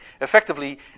Effectively